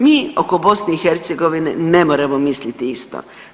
Mi oko BiH ne moramo misliti isto.